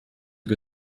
que